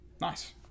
Nice